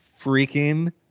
freaking